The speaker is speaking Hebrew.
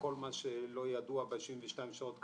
וכל מה שלא ידוע ב-72 שעות,